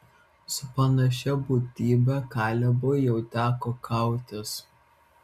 su panašia būtybe kalebui jau teko kautis